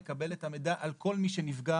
נקבל את המידע על כל מי שנפגע.